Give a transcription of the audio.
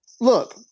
Look